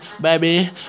baby